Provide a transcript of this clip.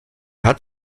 hat